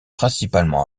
principalement